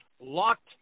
locked